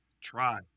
try